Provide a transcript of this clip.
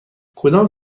کدام